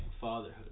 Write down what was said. fatherhood